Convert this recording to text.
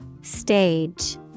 Stage